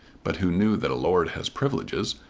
but who knew that a lord has privileges,